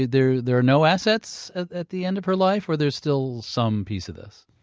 ah there there are no assets at the end of her life where there's still some piece of this?